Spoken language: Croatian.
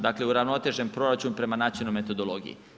Dakle, uravnotežen proračun prema načinu metodologije.